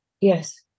Yes